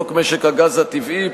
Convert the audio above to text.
חוק משק הגז הטבעי,